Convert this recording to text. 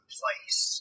place